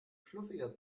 fluffiger